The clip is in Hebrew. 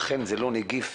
אכן זה לא נגיף